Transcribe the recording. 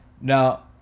Now